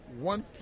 one